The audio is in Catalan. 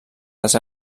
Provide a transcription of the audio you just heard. les